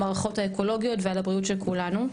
המערכות האקולוגיות ועל הבריאות של כולנו,